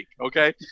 Okay